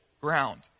ground